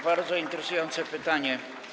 Bardzo interesujące pytanie.